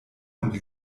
und